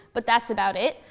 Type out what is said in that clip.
but that's about it.